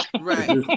right